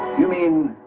you mean